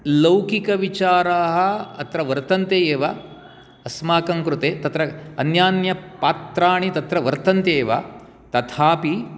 लौकिकविचाराः अत्र वर्तन्ते एव अस्माकं कृते तत्र अन्यान्यपात्राणि तत्र वर्तन्ते एव तथापि